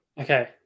Okay